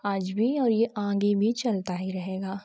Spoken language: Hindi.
आज भी और ये आगे भी चलता ही रहेगा